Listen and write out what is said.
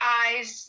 eyes